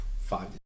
five